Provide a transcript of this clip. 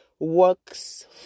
Works